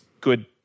good